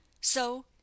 So